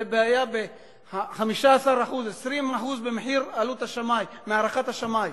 וזה היה במחיר של 15% 20% מהערכת השמאי.